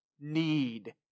need